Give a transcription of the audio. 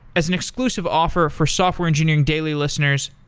as an exclusive offer for software engineering daily listeners,